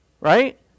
right